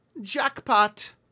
Jackpot